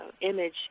image